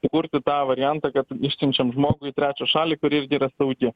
įkurti tą variantą kad išsiunčiam žmogų į trečią šalį kuri irgi yra saugi